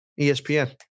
ESPN